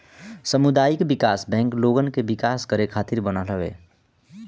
सामुदायिक विकास बैंक लोगन के विकास करे खातिर बनल हवे